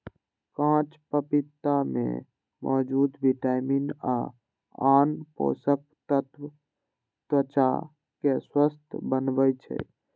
कांच पपीता मे मौजूद विटामिन आ आन पोषक तत्व त्वचा कें स्वस्थ बनबै छै